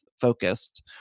focused